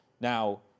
Now